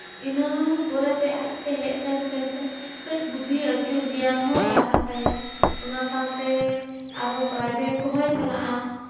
ᱤᱱᱟᱹ ᱯᱚᱨᱮᱛᱮ ᱟᱡᱛᱮ ᱦᱮᱡ ᱥᱮᱱ ᱥᱮᱱᱛᱮ ᱠᱟᱹᱡ ᱵᱩᱫᱽᱫᱷᱤ ᱟᱹᱠᱤᱞᱼᱜᱮᱭᱟᱱ ᱦᱚᱸ ᱵᱟᱲᱦᱟᱜ ᱛᱟᱭᱟ ᱚᱱᱟ ᱥᱟᱶᱛᱮ ᱟᱨᱦᱚᱸ ᱯᱨᱟᱭᱵᱷᱮᱴ ᱠᱚᱦᱚᱸᱭ ᱪᱟᱞᱟᱜᱼᱟ